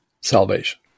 salvation